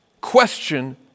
question